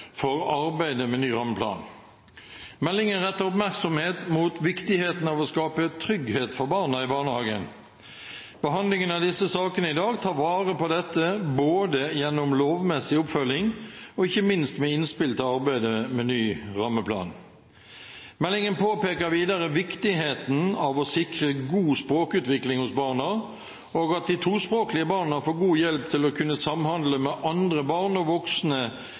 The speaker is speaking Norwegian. for arbeidet med ny rammeplan. Meldingen retter oppmerksomhet mot viktigheten av å skape trygghet for barna i barnehagen. Behandlingen av disse sakene i dag tar vare på dette, både gjennom lovmessig oppfølging og ikke minst med innspill til arbeidet med ny rammeplan. Meldingen påpeker videre viktigheten av å sikre god språkutvikling hos barna og at de tospråklige barna får god hjelp til å kunne samhandle med andre barn og voksne